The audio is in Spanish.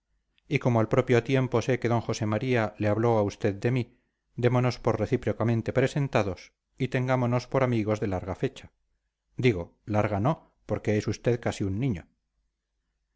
y como al propio tiempo sé que d josé maría le habló a usted de mí démonos por recíprocamente presentados y tengámonos por amigos de larga fecha digo larga no porque es usted casi un niño